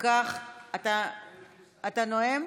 אתה נואם?